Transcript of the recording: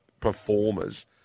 performers